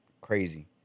crazy